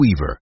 Weaver